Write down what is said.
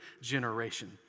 generation